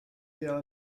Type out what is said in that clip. there